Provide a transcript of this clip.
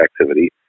activity